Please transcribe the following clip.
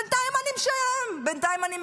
בינתיים אני משלם, בינתיים אני משמן,